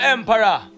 Emperor